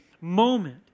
moment